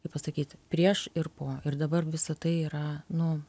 kaip pasakyt prieš ir po ir dabar visa tai yra nu